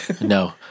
No